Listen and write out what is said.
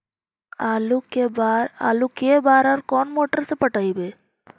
आलू के बार और कोन मोटर से पटइबै?